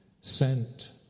sent